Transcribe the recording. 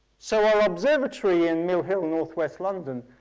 so our observatory in mill hill, north west london,